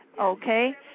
Okay